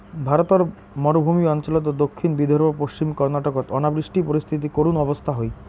ভারতর মরুভূমি অঞ্চল ও দক্ষিণ বিদর্ভ, পশ্চিম কর্ণাটকত অনাবৃষ্টি পরিস্থিতি করুণ অবস্থা হই